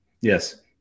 Yes